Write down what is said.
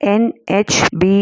nhb